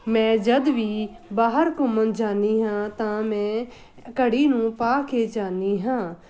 ਮੈਂ ਜਦ ਵੀ ਬਾਹਰ ਘੁੰਮਣ ਜਾਂਦੀ ਹਾਂ ਤਾਂ ਮੈਂ ਘੜੀ ਨੂੰ ਪਾ ਕੇ ਜਾਂਦੀ ਹਾਂ